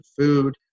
food